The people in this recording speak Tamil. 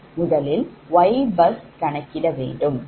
முதலில் Ybus கணக்கிட வேண்டும்